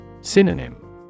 Synonym